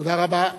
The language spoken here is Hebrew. תודה רבה.